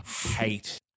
hate